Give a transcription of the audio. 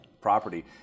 property